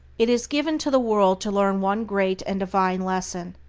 it is given to the world to learn one great and divine lesson,